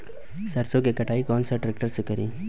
सरसों के कटाई कौन सा ट्रैक्टर से करी?